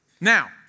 Now